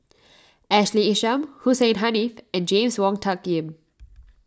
Ashley Isham Hussein Haniff and James Wong Tuck Yim